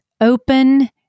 Open